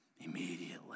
immediately